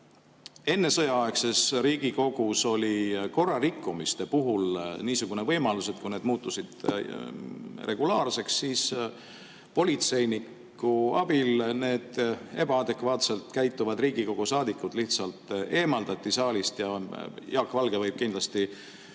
ennesõjaaegses Riigikogus oli korrarikkumiste puhul niisugune võimalus, et kui need muutusid regulaarseks, siis politseiniku abil need ebaadekvaatselt käituvad Riigikogu saadikud lihtsalt eemaldati saalist. Jaak Valge võib kindlasti